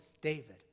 David